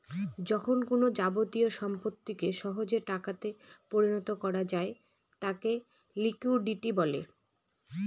যখন কোনো যাবতীয় সম্পত্তিকে সহজে টাকাতে পরিণত করা যায় তাকে লিকুইডিটি বলে